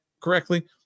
correctly